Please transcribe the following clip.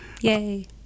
Yay